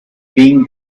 being